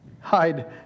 Hide